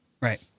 Right